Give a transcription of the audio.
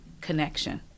connection